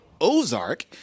ozark